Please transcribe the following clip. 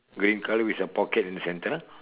green colour with a pocket in the centre